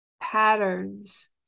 patterns